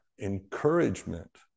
encouragement